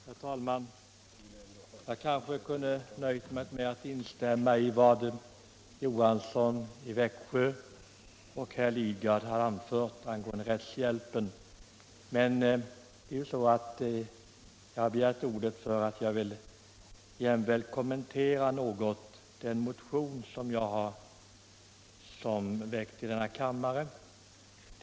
Herr talman! Jag kanske kunde nöjt mig med att instämma i vad herr Johansson i Växjö och herr Lidgard anfört angående rättshjälpen. Men jag har begärt ordet för att jag jämväl något vill kommentera den motion som jag väckt i denna kammare.